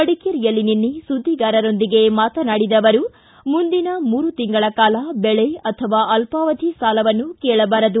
ಮಡಿಕೇರಿಯಲ್ಲಿ ನಿನ್ನೆ ಸುದ್ದಿಗಾರರ ಜೊತೆ ಮಾತನಾಡಿದ ಅವರು ಮುಂದಿನ ಮೂರು ತಿಂಗಳ ಕಾಲ ಬೆಳೆ ಅಥವಾ ಅಲ್ಲಾವಧಿ ಸಾಲವನ್ನು ಕೇಳಬಾರದು